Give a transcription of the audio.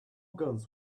guns